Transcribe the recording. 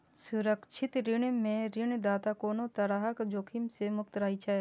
सुरक्षित ऋण मे ऋणदाता कोनो तरहक जोखिम सं मुक्त रहै छै